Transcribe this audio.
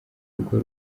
urugo